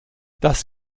das